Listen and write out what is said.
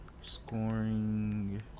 scoring